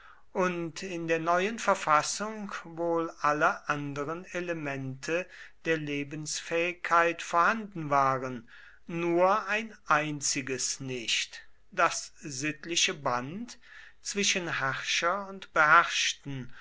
und in der neuen verfassung wohl alle anderen elemente der lebensfähigkeit vorhanden waren nur ein einziges nicht das sittliche band zwischen herrscher und beherrschten